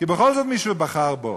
כי בכל זאת מישהו בחר בו.